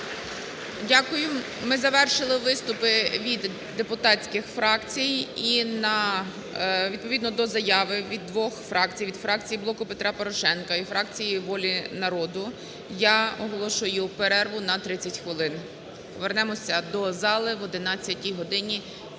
Дякую. Ми завершили виступи від депутатських фракцій. І відповідно до заяви від двох фракцій – від фракції "Блоку Петра Порошенка" і фракції "Волі народу" – я оголошую перерву на 30 хвилин. Повернемося до зали об 11 годині